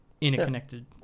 interconnected